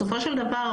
בסופו של דבר,